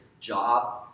job